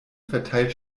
verteilt